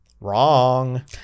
Wrong